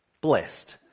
blessed